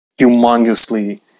humongously